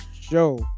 show